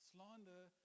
Slander